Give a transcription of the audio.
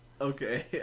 Okay